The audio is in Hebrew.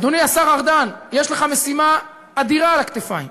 אדוני השר ארדן, יש לך משימה אדירה על הכתפיים.